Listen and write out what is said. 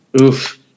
oof